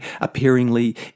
appearingly